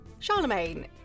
Charlemagne